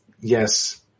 yes